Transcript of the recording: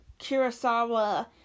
Kurosawa